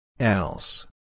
Else